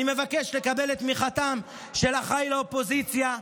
אני מבקש לקבל את תמיכתם של אחיי לאופוזיציה,